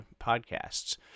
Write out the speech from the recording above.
podcasts